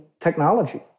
technology